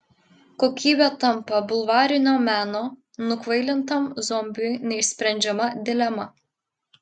kokybė tampa bulvarinio meno nukvailintam zombiui neišsprendžiama dilema